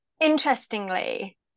Interestingly